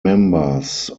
members